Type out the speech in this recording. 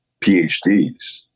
PhDs